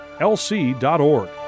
lc.org